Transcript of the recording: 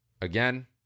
Again